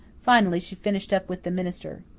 finally she finished up with the minister.